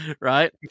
right